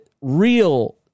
real